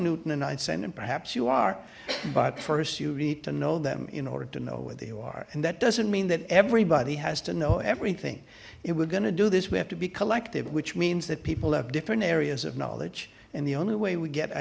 newton and i said and perhaps you are but first you need to know them in order to know what you are and that doesn't mean that everybody has to know everything if we're going to do this we have to be collective which means that people have different areas of knowledge and the only way we get a